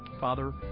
Father